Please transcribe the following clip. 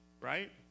right